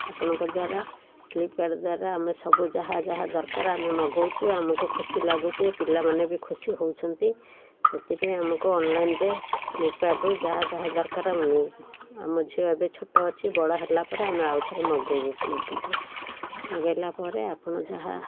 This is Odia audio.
ଆପଣଙ୍କ ଦ୍ୱାରା ଫ୍ଲିପକାର୍ଟ ଦ୍ୱାରା ଆମେ ସବୁ ଯାହା ଯାହା ଦରକାର ଆମେ ମଗଉଛୁ ଆମକୁ ଖୁସି ଲାଗୁଛି ପିଲାମାନେ ବି ଖୁସି ହଉଛନ୍ତି ସେଥିପାଇଁ ଆମକୁ ଅନ୍ଲାଇନ୍ରେ ଫ୍ଲିପକାର୍ଟରୁ ଯାହା ଯାହା ଦରକାର ଆମ ଝିଅ ଏବେ ଛୋଟ ଅଛି ବଡ଼ ହେଲା ପରେ ଆମେ ଆଉ ଥରେ ମଗାଇବୁ ଫ୍ଲିପକାର୍ଟରୁ ମଗାଇଲା ପରେ ଆପଣ ଯାହା